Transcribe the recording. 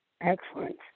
excellent